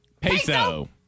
Peso